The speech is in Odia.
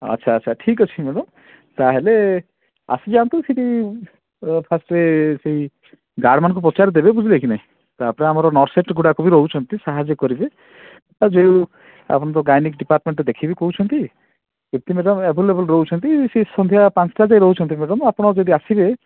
ଆଚ୍ଛା ଆଚ୍ଛା ଠିକ୍ଅଛି ମ୍ୟାଡ଼ାମ୍ ତାହେଲେ ଆସିଯାଆନ୍ତୁ ସେଠି ଏ ଫାର୍ଷ୍ଟ ରେ ଗାର୍ଡ଼୍ ମାନଙ୍କୁ ପଚାରିଦେବେ ବୁଝିଲେକି ନାହିଁ ତାପରେ ଆମର ନର୍ସ ସେଗୁଡ଼ାକ ବି ରହୁଛନ୍ତି ସାହାଯ୍ୟ କରିବେ ଆଉ ଯୋଉ ଆପଣ ତ ଗାଇନୀକ୍ ଡିପାର୍ଟମେଣ୍ଟରେ ଦେଖେଇବେ କହୁଛନ୍ତି କୀର୍ତ୍ତି ମ୍ୟାଡ଼ାମ୍ ଏଭେଲେବୁଲ୍ ରହୁଛନ୍ତି ସିଏ ସନ୍ଧ୍ୟା ପାଞ୍ଚ୍ଟା ଯାଏଁ ରହୁଛନ୍ତି ମ୍ୟାଡ଼ାମ୍ ଆପଣ ଯଦି ଆସିବେ